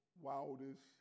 wildest